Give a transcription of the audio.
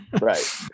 Right